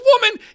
woman